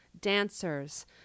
dancers